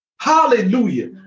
Hallelujah